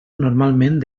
normalment